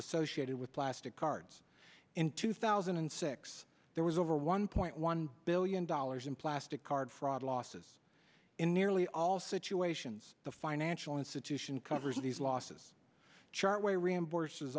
associated with plastic cards in two thousand and six there was over one point one billion dollars in plastic card fraud losses in nearly all situations the financial institution covers these losses chart way rei